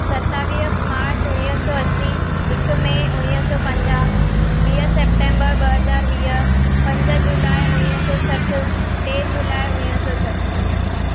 सतावीह मार्च उणिवीह सौ असीं हिकु मे उणिवीह सौ पंजाहु वीह सैप्टैंबर ॿ हज़ार वीह पंज जुलाई उणिवीह सौ सठ टे जुलाई उणिवीह सौ सठ